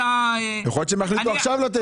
יכול להיות שהם יחליטו עכשיו לתת.